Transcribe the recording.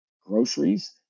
groceries